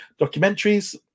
documentaries